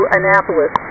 Annapolis